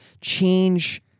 change